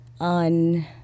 on